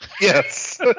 Yes